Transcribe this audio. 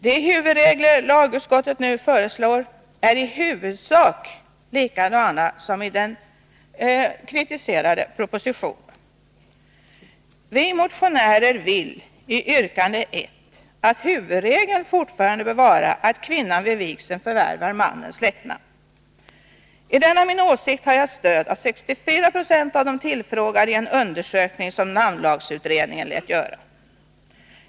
De huvudregler lagutskottet nu föreslår är i huvudsak likadana som i den kritiserade propositionen. Vi motionärer anser i yrkande 1 att huvudregeln fortfarande bör vara att kvinnan vid vigseln förvärvar mannens släktnamn. I denna vår åsikt har vi stöd av 64 92 av de tillfrågade i en undersökning som namnlagsutredningen lät göra.